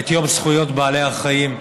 את יום זכויות בעלי החיים,